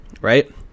right